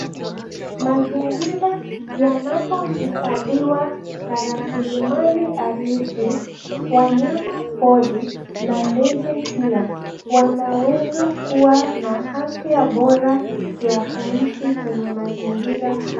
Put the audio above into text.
Mazingira yanapohifadhiwa na raslimali halisi wanyama pori na ndege pia wanaweza kuwa na afya bora ya kuishi kwenye mazingira haya.